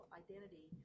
identity